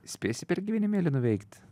spėsi per gyvenimėlį nuveikt